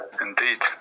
indeed